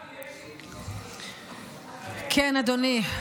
כן, אדוני.